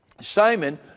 Simon